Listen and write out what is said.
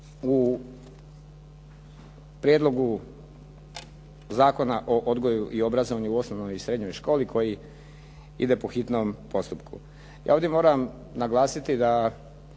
u Prijedlogu zakona o odgoju i obrazovanju u osnovnoj i srednjoj školi koji ide po hitnom postupku. Ja ovdje moram naglasiti da